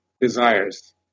desires